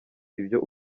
ibyo